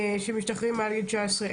שמשתחררים מעל גיל 19,